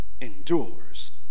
endures